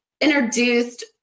introduced